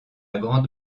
grande